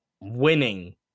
winning